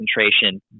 concentration